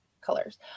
colors